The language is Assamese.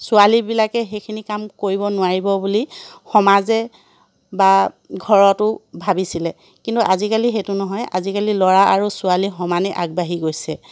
ছোৱালীবিলাকে সেইখিনি কাম কৰিব নোৱাৰিব বুলি সমাজে বা ঘৰতো ভাবিছিলে কিন্তু আজিকালি সেইটো নহয় আজিকালি ল'ৰা আৰু ছোৱালী সমানে আগবাঢ়ি গৈছে